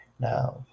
Now